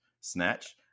snatch